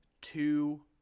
two